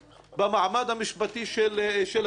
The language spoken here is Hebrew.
במעמד המשפטי של האזור.